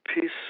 peace